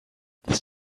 this